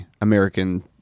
American